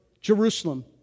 Jerusalem